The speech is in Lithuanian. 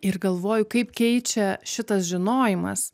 ir galvoju kaip keičia šitas žinojimas